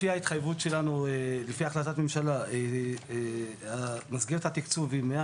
לפי החלטת הממשלה וההתחייבות שלנו מסגרת התקצוב היא מאה